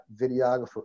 videographer